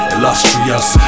Illustrious